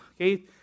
Okay